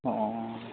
ہوں